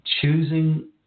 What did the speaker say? choosing